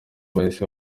bahise